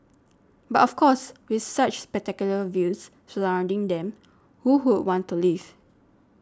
but of course with such spectacular views surrounding them who would want to leave